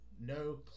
No